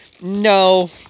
No